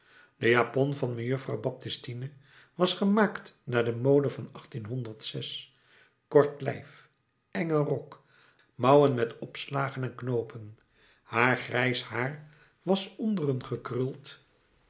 de japon van mejuffrouw baptistine was gemaakt naar de mode van kort lijf engen rok mouwen met opslagen en knoopen haar grijs haar was onder een gekruld